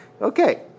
okay